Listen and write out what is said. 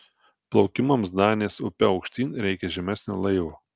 plaukimams danės upe aukštyn reikia žemesnio laivo